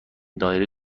دایره